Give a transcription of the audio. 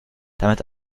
damit